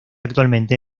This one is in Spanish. actualmente